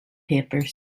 papers